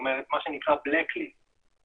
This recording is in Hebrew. מה שנקרא רשימה שחורה,